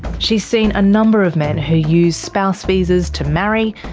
she's seen a number of men who use spouse visas to marry,